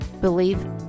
believe